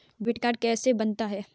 Debit card कैसे बनता है?